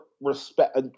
respect